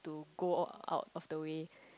so go out of the way